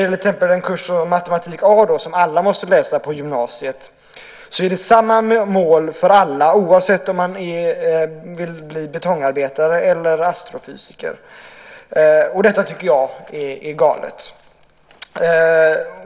Till exempel i fråga om kursen matematik A, som alla på gymnasiet måste läsa, är det samma mål för alla oavsett om man vill bli betongarbetare eller om man vill bli astrofysiker. Detta tycker jag är galet.